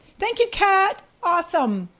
thank you cat, awesome.